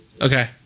Okay